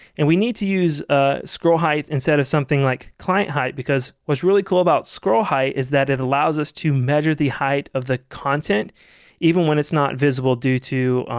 and we need to use ah scrollheight instead of something like clientheight because what's really cool about scrollheight is that it allows us to measure the height of the content even when it's not visible due to